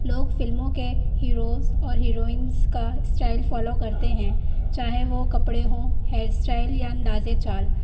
لوگ فلموں کے ہیروز اور ہیروئنس کا اسٹائل فالو کرتے ہیں چاہے وہ کپڑے ہوں ہیئر اسٹائل یا انداز یا چال